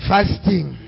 Fasting